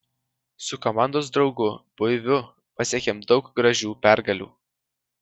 su komandos draugu buiviu pasiekėm daug gražių pergalių